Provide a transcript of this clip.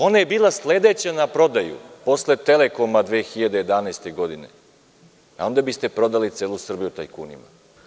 Ona je bila sledeća na prodaju, posle „Telekoma“ 2011. godine i onda biste prodali celu Srbiju tajkunima.